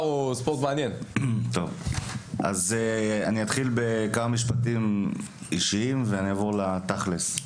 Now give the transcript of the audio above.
אני אתחיל בכמה משפטים אישיים ואני אעבור לתכל'ס.